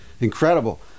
incredible